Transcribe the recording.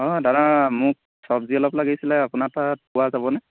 অঁ দাদা মোক চব্জি অলপ লাগিছিলে আপোনাৰ তাত পোৱা যাবনে